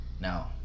Now